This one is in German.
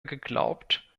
geglaubt